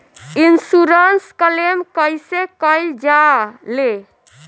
Insurance claim कइसे कइल जा ले?